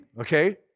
Okay